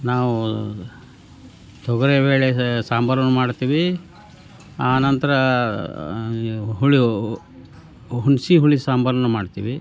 ನಾವು ತೊಗರಿ ಬೇಳೆ ಸಾಂಬಾರನ್ನು ಮಾಡ್ತೀವಿ ಆ ನಂತರ ಹುಳು ಹುಣ್ಸೆ ಹುಳಿ ಸಾಂಬಾರನ್ನ ಮಾಡ್ತೀವಿ